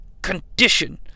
condition